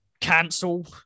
cancel